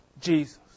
Jesus